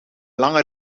lange